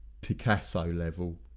Picasso-level